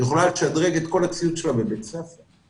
יכולה לשדרג את כל הציוד שלה בבית הספר.